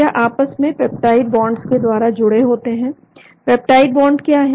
यह आपस में पेप्टाइड बॉन्ड के द्वारा जुड़े होते हैं पेप्टाइड बॉन्ड क्या है